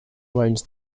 owns